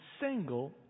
single